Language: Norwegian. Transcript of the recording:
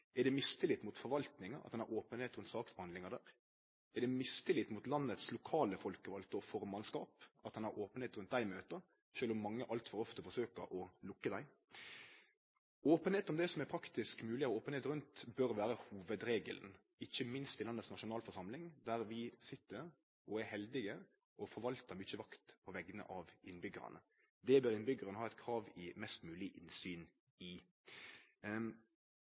Er det mistillit mot forvaltninga at ein har openheit rundt saksbehandlinga der? Er det mistillit mot landets lokale folkevalde og formannsskap at ein har openheit rundt dei møta, sjølv om mange altfor ofte forsøkjer å lukke dei? Openheit om det som det er praktisk mogleg å ha openheit rundt, bør vere hovudregelen – ikkje minst i landets nasjonalforsamling, der vi sit og er heldige og forvaltar mykje makt på vegner av innbyggjarane. Det bør innbyggjarane ha krav til mest mogleg innsyn i.